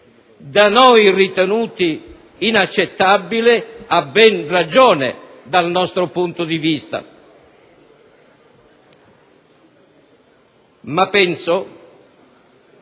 da noi ritenuti inaccettabili a ben ragione, dal nostro punto di vista. Ma penso